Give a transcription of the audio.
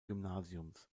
gymnasiums